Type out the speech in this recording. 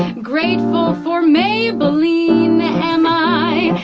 grateful for maybelline, am i.